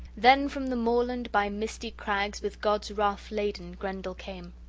then from the moorland, by misty crags, with god's wrath laden, grendel came.